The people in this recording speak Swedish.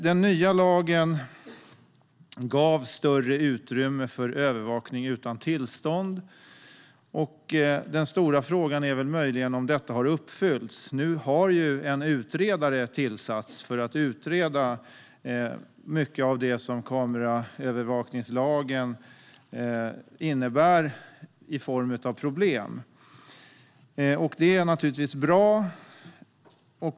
Den nya lagen gav större utrymme för övervakning utan tillstånd. Den stora frågan är möjligen om detta har uppfyllts. Nu har en utredare tillsatts för att utreda många av de problem kameraövervakningslagen innebär. Det är naturligtvis bra.